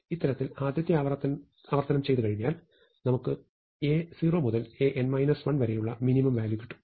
ഇത്തരത്തിൽ ആദ്യത്തെ ആവർത്തനം ചെയ്തുകഴിഞ്ഞാൽ നമുക്ക് A0 മുതൽ An 1 വരെയുള്ള മിനിമം വാല്യൂ കിട്ടും